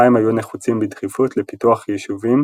מים היו נחוצים בדחיפות לפיתוח יישובים